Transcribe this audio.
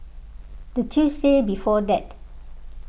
the Tuesday before that